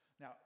Now